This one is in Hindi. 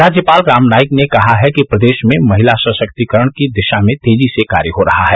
राज्यपाल राम नाईक ने कहा है कि प्रदेश में महिला सशक्तीकरण की दिशा में तेजी से कार्य हो रहा है